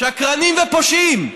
שקרנים ופושעים.